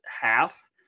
half